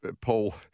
Paul